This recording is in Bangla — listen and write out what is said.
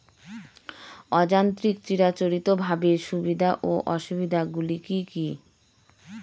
অযান্ত্রিক চিরাচরিতভাবে সুবিধা ও অসুবিধা গুলি কি কি?